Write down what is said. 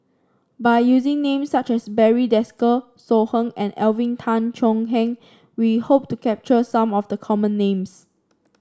by using names such as Barry Desker So Heng and Alvin Tan Cheong Kheng we hope to capture some of the common names